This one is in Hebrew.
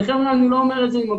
כי גם אי הוודאות הזו חלה על התושבים.